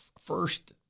first